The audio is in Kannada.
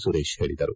ಸುರೇಶ್ ಹೇಳಿದರು